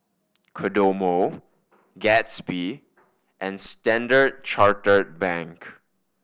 Kodomo Gatsby and Standard Chartered Bank